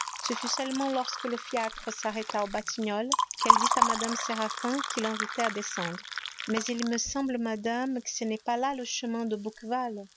fut seulement lorsque le fiacre s'arrêta aux batignolles qu'elle dit à mme séraphin qui l'invitait à descendre mais il me semble madame que ce n'est pas là le chemin de